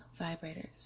vibrators